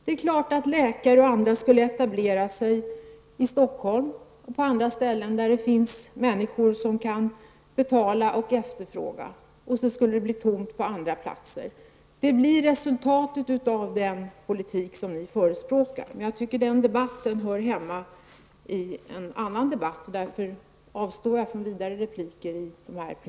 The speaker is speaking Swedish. Det är klart att läkare och andra skulle etablera sig i Stockholm och på andra ställen, där det finns människor som kan betala och efterfråga. På andra platser skulle det bli tomt. Detta skulle bli resultatet av den politik som ni förespråkar, men jag tycker debatten i den här frågan bör föras på annat håll och därför avstår jag ifrån vidare repliker.